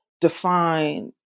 define